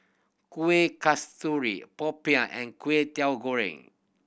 Kuih Kasturi popiah and Kway Teow Goreng